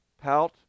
pout